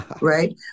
right